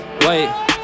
wait